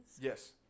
Yes